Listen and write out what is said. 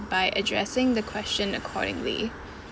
by addressing the question accordingly